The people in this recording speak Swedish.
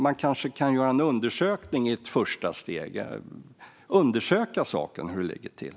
Men man kan kanske i ett första steg göra en undersökning av hur saken ligger till.